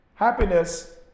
Happiness